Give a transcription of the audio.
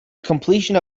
completion